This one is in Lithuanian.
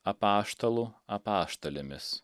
apaštalų apaštalėmis